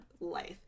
life